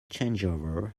changeover